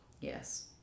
Yes